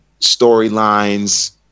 storylines